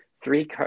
three